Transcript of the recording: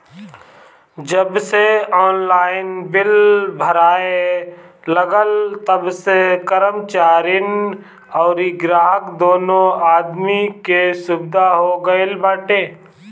जबसे online bill भराए लागल तबसे कर्मचारीन अउरी ग्राहक दूनो आदमी के सुविधा हो गईल बाटे